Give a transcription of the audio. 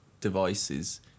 devices